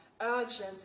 urgent